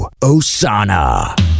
Osana